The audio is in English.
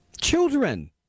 children